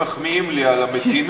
הם מחמיאים לי על המתינות,